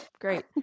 great